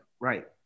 right